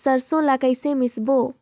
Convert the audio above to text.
सरसो ला कइसे मिसबो?